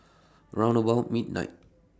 round about midnight